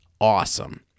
awesome